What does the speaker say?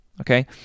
okay